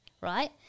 right